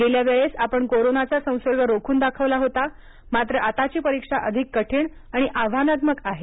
गेल्या वेळेस आपण कोरोनाचा संसर्ग रोखून दाखविला होता मात्र आताची परीक्षा अधिक कठीण आणि आव्हानात्मक आहे